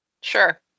Sure